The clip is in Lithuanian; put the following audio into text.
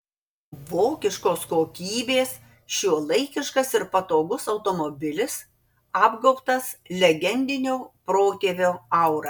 vokiškos kokybės šiuolaikiškas ir patogus automobilis apgaubtas legendinio protėvio aura